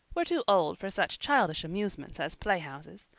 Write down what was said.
were too old for such childish amusements as playhouses,